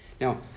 Now